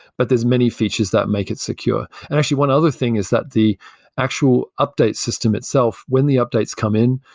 but there's many features that make it secure. actually, one other thing is that the actual update system itself when the updates come in,